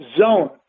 zone